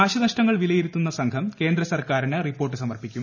നാശനഷ്ടങ്ങൾ വിലയിരുത്തുന്ന സംഘം കേന്ദ്രസർക്കാരിന് റിപ്പോർട്ട് സമർപ്പിക്കും